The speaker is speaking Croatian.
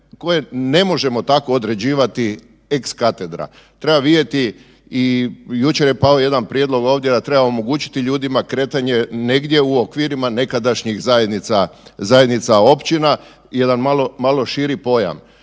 ne možemo tako određivati ex cathedra. Treba vidjeti i jučer je pao jedan prijedlog ovdje da treba omogućiti ljudima kretanje negdje u okvirima nekadašnjih zajednica općina, jedan malo širi pojam.